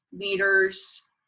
leaders